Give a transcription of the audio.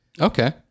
Okay